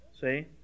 see